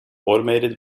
automated